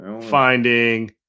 Finding